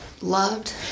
loved